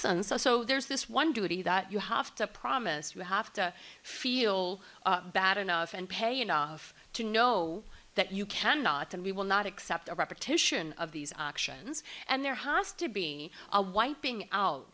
and so so there's this one duty that you have to promise you have to feel bad enough and pay enough to know that you cannot and we will not accept a repetition of these actions and there has to be a wiping out